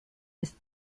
ist